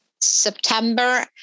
September